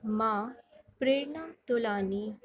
मां प्रेरणा तोलानी